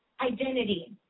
identity